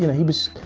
you know he was,